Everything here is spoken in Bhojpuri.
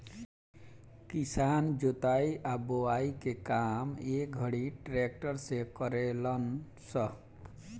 किसान जोताई आ बोआई के काम ए घड़ी ट्रक्टर से करेलन स